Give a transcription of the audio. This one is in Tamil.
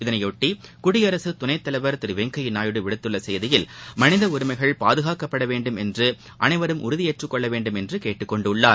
இதனைபொட்டி குடியரசு துணைத்தலைவா் திரு வெங்கையா நாயுடு விடுத்துள்ள செய்தியில் மனித உரிமைகள் பாதுகாக்கப்பட வேண்டுமென்று அனைவரும் உறுதியேற்றுக் கொள்ள வேண்டுமென்று கேட்டுக் கொண்டுள்ளார்